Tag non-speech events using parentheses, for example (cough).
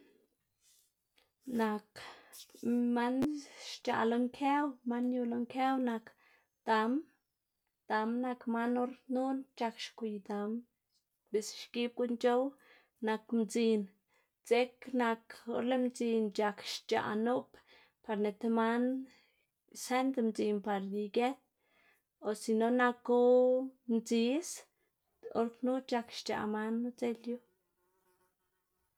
(noise) Nak man xc̲h̲aꞌ lo nkëw, man yu lo nkëw nak dam, dam nak man or knu c̲h̲ak xgwiy dam biꞌltsa xgib guꞌn c̲h̲ow. Nak mdzin dzek nak or lëꞌ mdzin c̲h̲ak xc̲h̲aꞌ nup par ni ti man sënda mdzin par igët o si no naku ndzis, or knu c̲h̲ak xc̲h̲aꞌ man knu udzelyu. (noise)